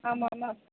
ஆமாம் ஆமாம்